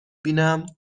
بینم